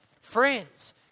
friends